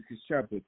chapter